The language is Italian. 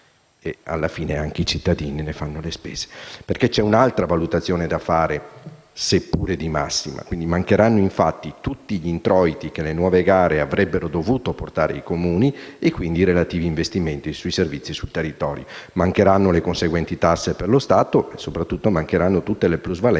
Alla fine anche i cittadini ne fanno le spese. C'è un'altra valutazione da fare, seppure di massima: mancheranno tutti gli introiti che le nuove gare avrebbero dovuto portare ai Comuni e, quindi, i relativi investimenti sui servizi sui territori. Mancheranno le conseguenti tasse per lo Stato e, soprattutto, mancheranno tutte le plusvalenze